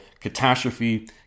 catastrophe